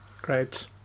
Great